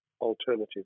alternative